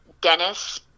Dennis